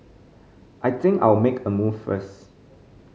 I think I'll make a move first